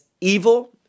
evil